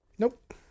Nope